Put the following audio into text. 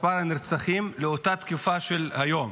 מספר הנרצחים לאותה תקופה של היום,